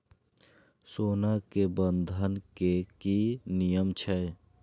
सोना के बंधन के कि नियम छै?